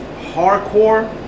hardcore